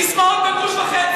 סיסמאות בגרוש וחצי.